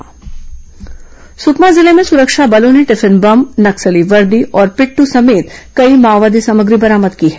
माओवादी वारदात सुकमा जिले में सुरक्षा बलों ने टिफिन बम नक्सली वर्दी और पिट्टू समेत कई माओवादी सामग्री बरामद की है